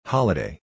Holiday